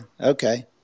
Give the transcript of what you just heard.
okay